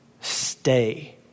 stay